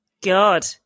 God